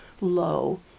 low